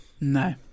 No